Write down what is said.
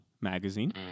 magazine